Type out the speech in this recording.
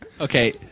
Okay